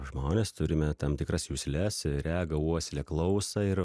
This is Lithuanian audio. žmonės turime tam tikras jusles regą uoslę klausą ir